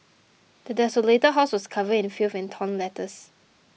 the desolated house was covered in filth and torn letters